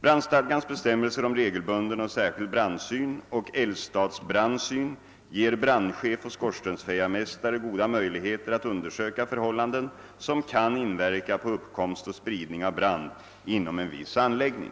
Brandstadgans bestämmelser om regelbunden och särskild brandsyn och eldstadsbrandsyn ger brandcehef och skorstensfejarmästare goda möjligheter att undersöka förhållanden som kan inverka på uppkomst och spridning av brand inom en viss anläggning.